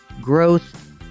growth